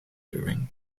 during